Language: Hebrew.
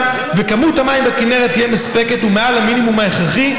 שכמות המים בכינרת תהיה מספקת ומעל למינימום ההכרחי,